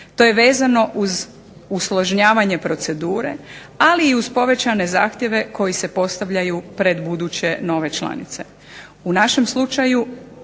To je vezano uz usložnjavanje procedure, ali i uz povećane zahtjeve koji se postavljaju pred buduće nove članice. U našem slučaju